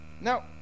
Now